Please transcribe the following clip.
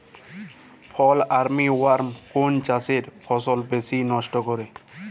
ফল army worm কোন চাষের ফসল বেশি নষ্ট করে?